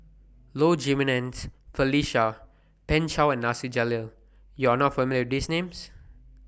Low Jimenez Felicia Pan Shou and Nasir Jalil YOU Are not familiar These Names